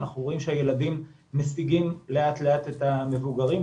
אנחנו רואים שהילדים משיגים לאט לאט את המבוגרים.